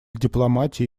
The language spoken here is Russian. дипломатии